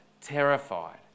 terrified